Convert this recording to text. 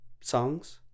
songs